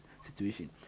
situation